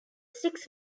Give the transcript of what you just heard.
six